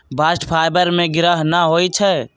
bast fibre में गिरह न होई छै